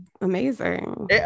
amazing